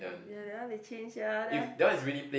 ya then how they change sia